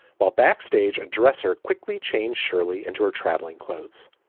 while backstage, a dresser quickly changed sherley into her traveling clothes.